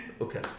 Okay